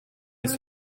ist